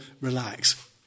relax